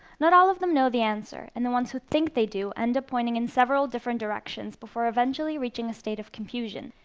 not all of them know the answer and the ones who think they do end up pointing in several different directions before eventually reaching a state of confusion.